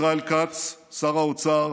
ישראל כץ, שר האוצר,